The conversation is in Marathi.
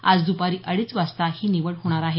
आज दुपारी अडीच वाजता ही निवड होणार आहे